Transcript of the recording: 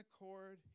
accord